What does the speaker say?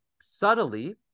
subtly